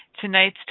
Tonight's